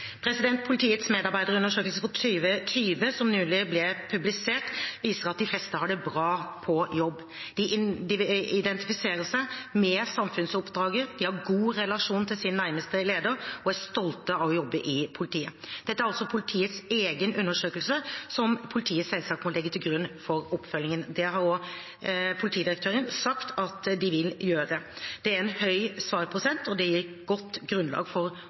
Politiets medarbeiderundersøkelse for 2020, som nylig ble publisert, viser at de fleste har det bra på jobb. De identifiserer seg med samfunnsoppdraget, har en god relasjon til sin nærmeste leder og er stolte av å jobbe i politiet. Dette er politiets egen undersøkelse, som politiet selvsagt må legge til grunn for oppfølgingen. Det har også politidirektøren sagt at de vil gjøre. Det er en høy svarprosent, og det gir et godt grunnlag for